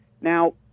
Now